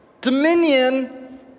Dominion